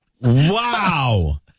Wow